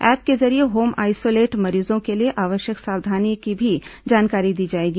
app के जरिए home isolate मरीजों के लिए आवश्यक सावधानी की भी जानकारी दी जाएगी